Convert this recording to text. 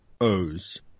O's